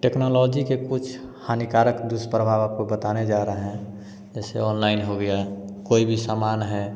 technology के कुछ हानिकारक दुष्प्रभाव आपको बताने जा रहे हैं जैसे ऑनलाइन हो गया है कोई भी सामान है